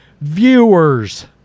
viewers